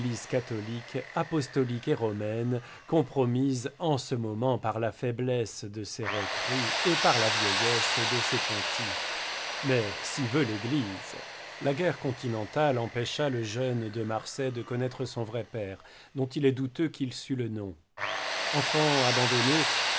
catholique apostolique et romaine compromise en ce moment par la faiblesse de ses recrues et par la vieillesse de ses pontifes mais si veut l'église la guerre continentale empêcha le jeune de marsay de connaître son vrai père dont il est douteux qu'il sût le nom enfant abandonné